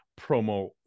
promo